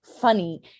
funny